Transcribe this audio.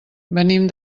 venim